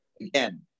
again